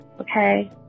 Okay